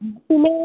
പിന്നെ